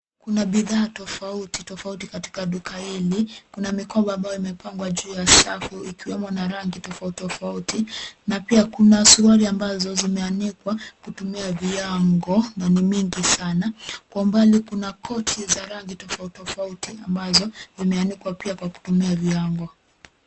Kuna bidhaa tofauti tofauti katika duka hili. Kuna mikoba ambayo imepangwa juu ya safu ikiwemo na rangi tofauti tofauti na pia kuna suruali ambazo zimeanikwa kutumia viango na ni mingi sana. Kwa mbali kuna koti za rangi tofauti tofauti ambazo zimeanikwa pia kwa kutumia viango.